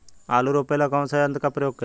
आलू रोपे ला कौन सा यंत्र का प्रयोग करी?